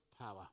power